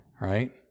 right